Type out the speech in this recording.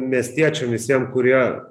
miestiečiam visiem kurie